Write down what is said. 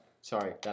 Sorry